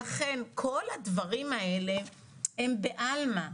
לכן כל הדברים האלה הם בעלמא.